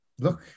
Look